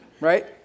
right